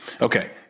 Okay